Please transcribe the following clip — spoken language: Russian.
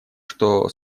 что